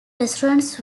restaurants